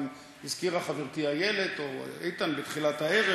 גם הזכירה חברתי איילת או איתן בתחילת הערב